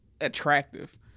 attractive